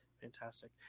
fantastic